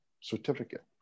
certificate